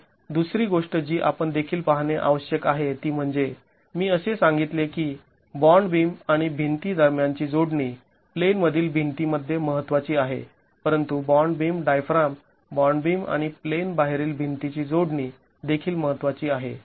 तर दुसरी गोष्ट जी आपण देखील पाहणे आवश्यक आहे ती म्हणजे मी असे सांगितले की बॉंड बीम आणि भिंती दरम्यानची जोडणी प्लेनमधील भिंतीमध्ये महत्त्वाची आहे परंतु bond beam diaphragm bond beam आणि प्लेन बाहेरील भिंतीची जोडणी देखील महत्त्वाची आहे